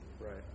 Right